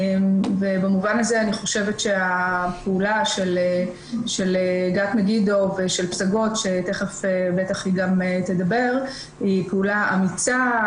במובן הזה אני חושבת שהפעולה של גת מגידו ושל פסגות היא פעולה אמיצה,